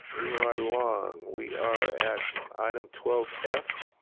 moving right along. we are at item twelve f.